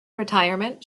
retirement